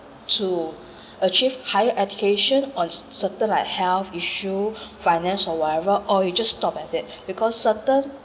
to achieve higher education on certain like health issue finance or whatever or you just stop at it because certain